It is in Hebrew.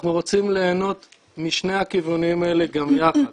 אנחנו רוצים ליהנות משני הכיוונים האלה גם יחד.